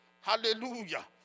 Hallelujah